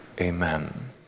Amen